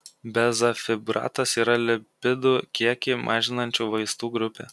bezafibratas yra lipidų kiekį mažinančių vaistų grupė